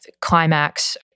Climax